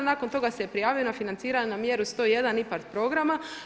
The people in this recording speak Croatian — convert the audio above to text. Nakon toga se je prijavio na financiranje na mjeru 101 IPARD programa.